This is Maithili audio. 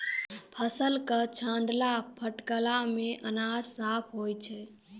फसल क छाड़ला फटकला सें अनाज साफ होय जाय छै